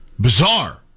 bizarre